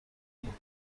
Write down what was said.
بود